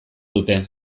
dute